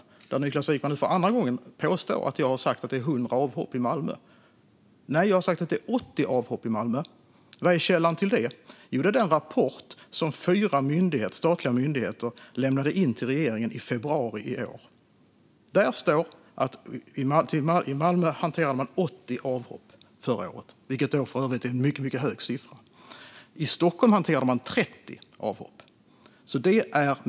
Niklas Wykman påstår nu för andra gången att jag har sagt att det är 100 avhopp i Malmö. Nej, jag har sagt att det är 80 avhopp i Malmö. Vad är källan till detta? Jo, det är den rapport som fyra statliga myndigheter lämnade in till regeringen i februari i år. Där står att i Malmö hanterade man 80 avhopp förra året, vilket för övrigt är en mycket hög siffra. I Stockholm hanterade man 30 avhopp.